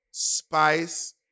Spice